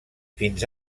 fins